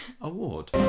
award